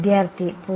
വിദ്യാർത്ഥി 0